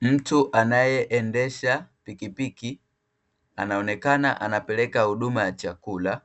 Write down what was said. Mtu anayeendesha pikipiki anaonekana anapeleka huduma ya chakula,